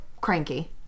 cranky